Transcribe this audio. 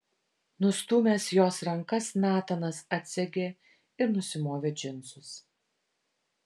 nustūmęs jos rankas natanas atsegė ir nusimovė džinsus